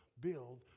build